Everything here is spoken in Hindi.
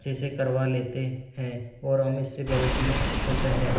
अच्छे से करवा लेते हैं और हम इसे बहुत ही खुश हैं